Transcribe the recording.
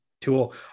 tool